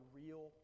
real